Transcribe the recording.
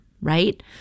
right